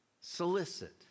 solicit